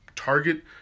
target